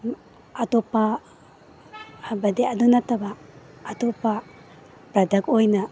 ꯑꯇꯣꯞꯄ ꯍꯥꯏꯕꯗꯤ ꯑꯗꯨ ꯅꯠꯇꯕ ꯑꯇꯣꯞꯄ ꯄ꯭ꯔꯗꯛ ꯑꯣꯏꯅ